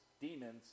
demons